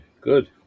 good